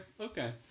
okay